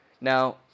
Now